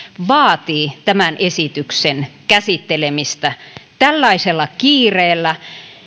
vaatii tämän esityksen käsittelemistä tällaisella kiireellä